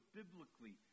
biblically